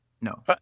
No